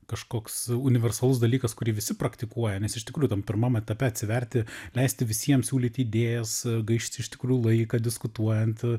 kažkoks universalus dalykas kurį visi praktikuoja nes iš tikrųjų tam pirmam etape atsiverti leisti visiems siūlyt idėjas gaišti iš tikrųjų laiką diskutuojant